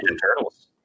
Turtles